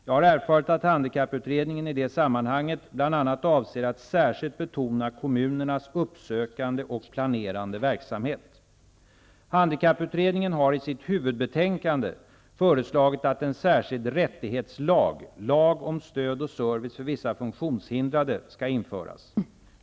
Jag har erfarit att handikapputredningen i det sammanhanget bl.a. avser att särskilt betona kommunernas uppsökande och planerande verksamhet. föreslagit att en särskild rättighetslag -- lag om stöd och service för vissa funktionshindrade -- skall införas.